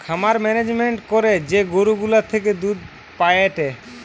খামার মেনেজমেন্ট করে যে গরু গুলা থেকে দুধ পায়েটে